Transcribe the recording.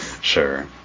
Sure